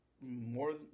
more